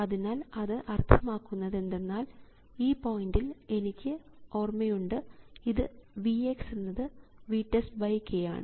അതിനാൽ അത് അർത്ഥമാക്കുന്നത് എന്തെന്നാൽ ഈ പോയിൻറിൽ എനിക്ക് ഓർമ്മയുണ്ട് ഈ Vx എന്നത് VTEST k ആണ്